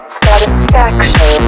satisfaction